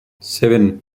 seven